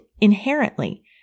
inherently